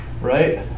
right